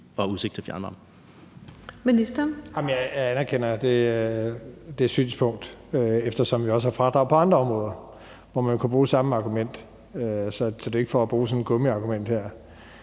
Skatteministeren (Jeppe Bruus): Jeg anerkender det synspunkt, eftersom vi også har fradrag på andre områder, hvor man kan bruge samme argument. Så det ikke for at bruge et gummiargument her.